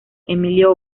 emilio